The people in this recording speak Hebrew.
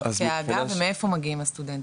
דרכי הגעה ומאיפה מגיעים הסטודנטים.